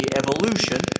evolution